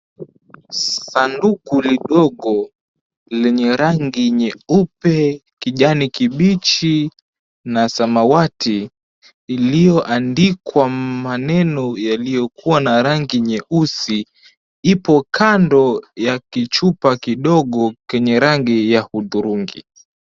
Sanduku lidogo lenye rangi nyeupe, kijani kibichi na samawati iliyoandikwa maneno yaliyokuwa na rangi nyeusi ipo kando ya kichupa kidogo kenye rangi ya hudhurungi.